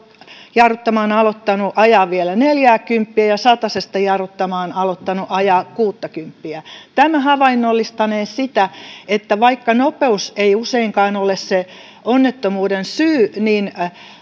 jarruttamaan aloittanut ajaa vielä neljääkymppiä ja satasesta jarruttamaan aloittanut ajaa kuuttakymppiä tämä havainnollistanee sitä että vaikka nopeus ei useinkaan ole se onnettomuuden syy